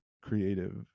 creative